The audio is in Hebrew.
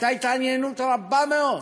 הייתה התעניינות רבה מאוד